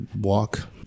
walk